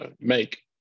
make